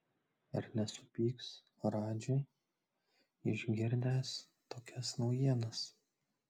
ar nesupyks radži išgirdęs tokias naujienas